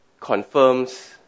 confirms